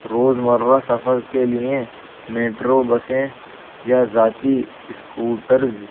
روز مرہ سفر کے لیے میٹرو بسیں یا ذاتی اسکوٹرز